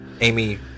Amy